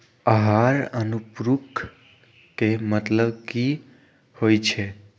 आहार अनुपूरक के मतलब की होइ छई?